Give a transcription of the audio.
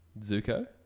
Zuko